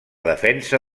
defensa